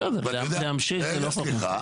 בסדר, להמשיך זה לא חוכמה.